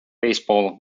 baseball